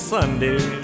Sunday